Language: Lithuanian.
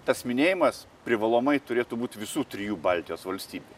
tas minėjimas privalomai turėtų būt visų trijų baltijos valstybių